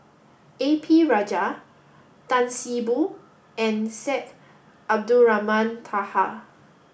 A P Rajah Tan See Boo and Syed Abdulrahman Taha